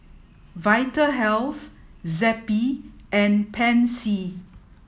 Vitahealth Zappy and Pansy